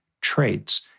traits